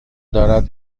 دارد